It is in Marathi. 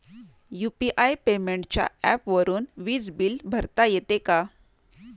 यु.पी.आय पेमेंटच्या ऍपवरुन वीज बिल भरता येते का?